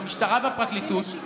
המשטרה והפרקליטות,